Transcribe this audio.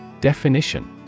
Definition